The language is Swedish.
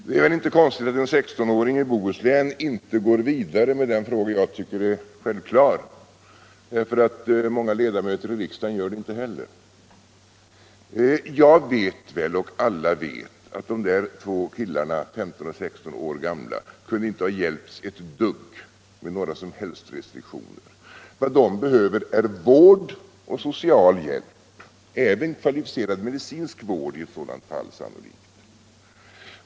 Det är väl inte konstigt att en 16-åring i Bohuslän inte går vidare med den fråga jag tycker är självklar, många ledamöter i riksdagen gör det inte heller. Jag vet väl, och alla vet, att de där två killarna, 15 och 16 år gamla, inte kunde ha hjälpts ett dugg med några som helst restriktioner. Vad de behövde var vård och social hjälp, sannolikt även kvalificerad medicinsk vård i det här fallet.